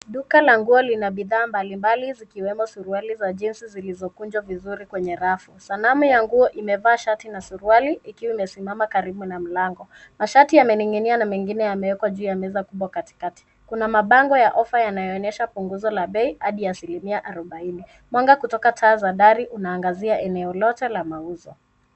Duka la nguo lina bidhaa mbalimbali zikiwemo suruali za jeans zilizokunjwa vizuri kwenye rafu. Sanamu ya nguo imevaa shati na suruali ikiwa imesimama karibu na mlango. Mashati yamening'inia na mengine yamewekwa juu ya meza kubwa katikati. Kuna mabango ya offer yanayoonesha punguzo la bei hadi asilimia arobaini. Mwanga kutoka taa za dari unaangazia eneo lote la mauzo.